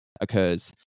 occurs